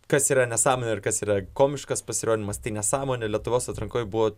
kas yra nesąmonė ir kas yra komiškas pasirodymas tai nesąmonė lietuvos atrankoj buvo